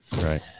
Right